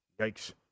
Yikes